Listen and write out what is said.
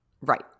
Right